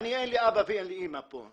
אין לי אבא ואין לי אמא פה,